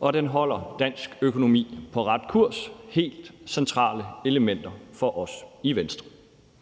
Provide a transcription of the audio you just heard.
og den holder dansk økonomi på ret kurs. Det er helt centrale elementer for os i Venstre.